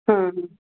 ହଁ ହଁ